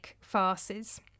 farces